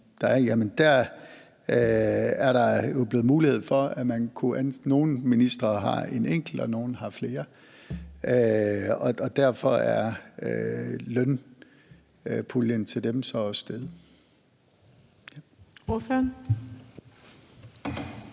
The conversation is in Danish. er, er der jo blevet mulighed for at ansætte dem, og nogle ministre har en enkelt, mens nogle har flere, og derfor er lønpuljen til dem så også steget.